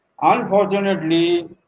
Unfortunately